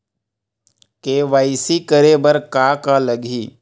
KYC करे बर का का लगही?